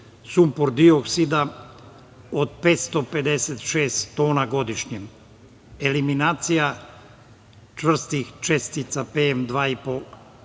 sumpor-dioksida od 556 tona godišnje. Eliminacija čvrstih čestica PM